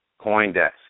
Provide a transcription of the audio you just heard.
CoinDesk